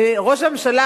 ראש הממשלה,